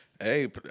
Hey